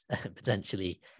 potentially